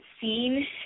seen